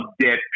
dead